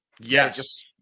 Yes